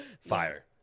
Fire